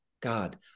God